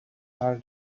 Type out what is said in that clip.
are